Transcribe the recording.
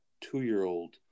two-year-old